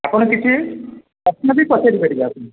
ଆପଣ କିଛି ପ୍ରଶ୍ନ ବି ପଚାରି ପାରିବେ ଆପଣ